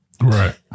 Right